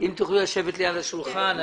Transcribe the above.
בבקשה לשבת ליד השולחן.